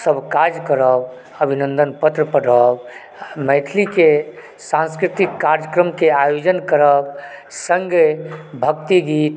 सभ काज करब अभिनन्दन पत्र पठाउ मैथिलीके सांस्कृतिक कार्यक्रम के आयोजन कराउ संगहि भक्ति गीत